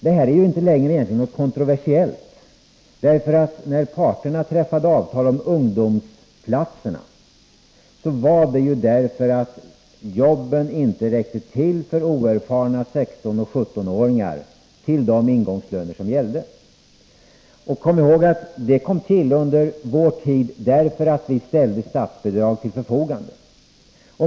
Detta är egentligen inte längre någonting kontroversiellt. När parterna träffade avtal om ungdomsplatserna var det därför att jobben inte räckte till för oerfarna 16 och 17-åringar med de ingångslöner som gällde. Och kom ihåg att det kom till under vår tid, därför att vi ställde statsbidrag till förfogande.